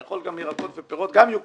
אתה יכול גם ירקות ופירות וגם זה יוכר.